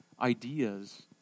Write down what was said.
ideas